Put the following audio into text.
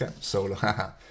solo